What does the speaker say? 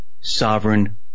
sovereign